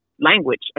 language